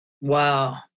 Wow